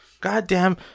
Goddamn